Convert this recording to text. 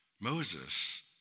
Moses